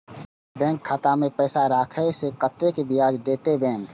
Bank खाता में पैसा राखे से कतेक ब्याज देते बैंक?